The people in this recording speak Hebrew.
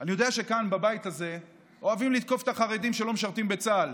אני יודע שכאן בבית הזה אוהבים לתקוף את החרדים שלא משרתים בצה"ל.